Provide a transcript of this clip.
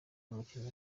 umukinnyi